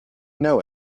know